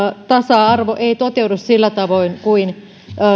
tasa arvo ei toteudu sillä tavoin kuin